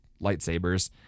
lightsabers